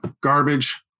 garbage